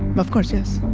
of course, yes.